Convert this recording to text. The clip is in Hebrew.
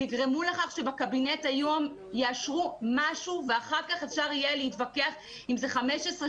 תגרמו לכך שבקבינט היום יאשרו משהו ואחר כך אפשר יהיה להתווכח אם זה 15,